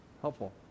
helpful